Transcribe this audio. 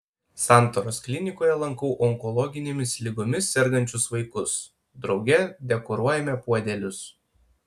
santaros klinikoje lankau onkologinėmis ligomis sergančius vaikus drauge dekoruojame puodelius